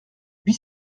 huit